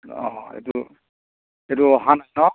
অঁ এইটো এইটো অহা নাই ন